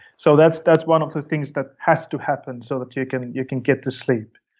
so that's that's one of the things that has to happen so that you can you can get to sleep.